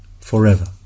forever